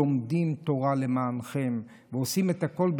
לומדים תורה למענכם ועושים את הכול,